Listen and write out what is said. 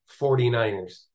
49ers